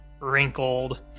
wrinkled